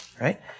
right